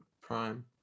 Prime